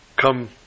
come